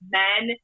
men